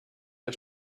der